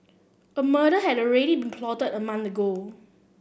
a murder had already been plotted a month ago